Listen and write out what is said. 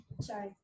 sorry